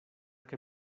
que